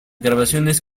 grabaciones